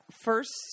First